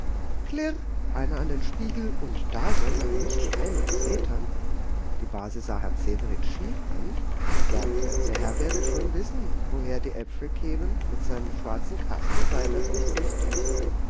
einer in den spiegel und da soll man nicht schreien und zetern die base sah herrn severin schief an und sagte der herr werde schon wissen woher die äpfel kämen mit seinem schwarzen kasten sei das nicht richtig